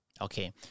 Okay